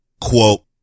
Quote